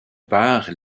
part